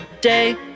day